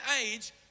age